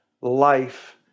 life